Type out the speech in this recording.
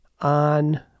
on